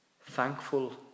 thankful